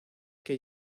que